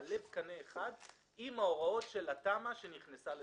יעלה בקנה אחד עם ההוראות של התמ"א שנכנסה לתוקף.